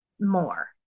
more